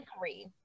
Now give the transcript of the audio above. three